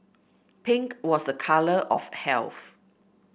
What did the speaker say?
pink was a colour of health